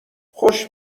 خوش